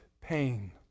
pain